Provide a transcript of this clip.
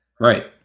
Right